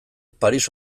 paris